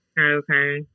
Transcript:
Okay